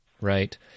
Right